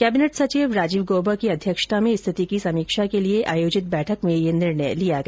cabinet सचिव राजीव गौबा की अध्यक्षता में स्थिति की समीक्षा के लिए आयोजित बैठक में यह निर्णय लिया गया